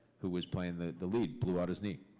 who was playing the the lead, blew out his knee.